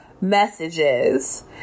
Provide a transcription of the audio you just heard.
messages